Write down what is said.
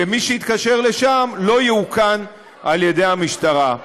ומי שיתקשר לשם לא יאוכן על ידי המשטרה.